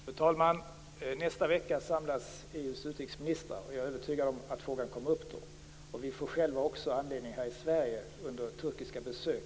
Fru talman! Nästa vecka samlas EU:s utrikesministrar. Jag är övertygad om att frågan kommer upp då. Vi här i Sverige får själva anledning att ta upp frågan under turkiska besök.